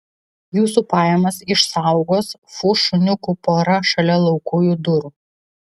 jūsų pajamas išsaugos fu šuniukų pora šalia laukujų durų